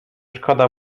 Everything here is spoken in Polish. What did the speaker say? szkoda